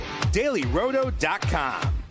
DailyRoto.com